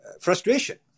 frustration